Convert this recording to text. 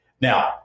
now